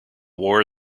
war